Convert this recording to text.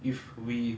if we